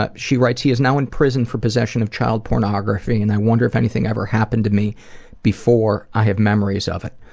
ah she writes, he is now in prison for possession of child pornography and i wonder if anything ever happened to me before before i have memories of it.